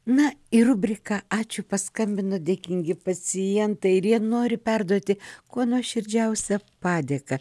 na ir rubrika ačiū paskambino dėkingi pacientai vien nori perduoti kuo nuoširdžiausią padėką